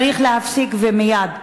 צריך להפסיק, ומייד.